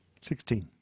Sixteen